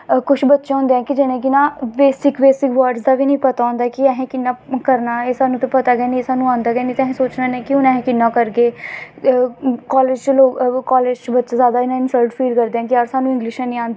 अप्पैं धान लाए दा देस्सी चौल होंदे लाल चौल देस्सी उइन्न चौलें दे मकावले इसलै जेह्ड़े अज बनौटी आंदे यूरियां आह्ले चौल आंदे उंदे मकावले कु कुश नी हैन ते इस गल्ल कि साढ़े मक्क होंदी